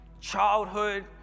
childhood